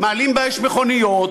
מעלים באש מכוניות,